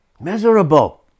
Miserable